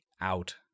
out